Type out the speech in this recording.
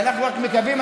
ואנחנו רק מקווים,